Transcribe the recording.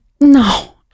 No